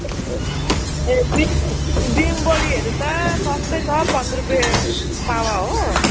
ए बिम बिमबोडीहरू त सस्तै छ पन्ध्र रुपियाँ पावा हो